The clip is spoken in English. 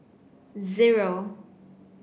zero